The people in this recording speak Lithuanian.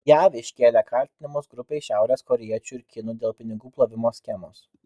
jav iškėlė kaltinimus grupei šiaurės korėjiečių ir kinų dėl pinigų plovimo schemos